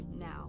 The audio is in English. now